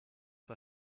war